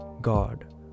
God